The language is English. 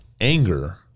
anger